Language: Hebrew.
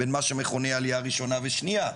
בין מה שמכונה העלייה הראשונה והשנייה.